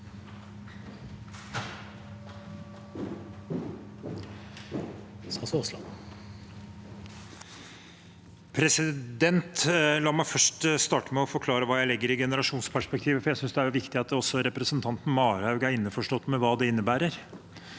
La meg starte med å forklare hva jeg legger i generasjonsperspektivet, for jeg synes det er viktig at også representanten Marhaug er innforstått med hva det innebærer.